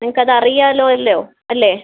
നിങ്ങൾക്ക് അത് അറിയാലോ അല്ലേ അല്ലേ